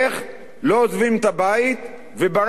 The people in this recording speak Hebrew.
לא עוזבים את הבית, וברדיו הם שומעים.